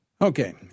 Okay